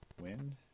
Wind